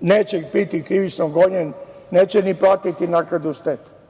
neće biti krivično gonjen, neće ni platiti naknadu štete,